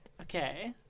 Okay